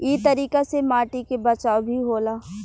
इ तरीका से माटी के बचाव भी होला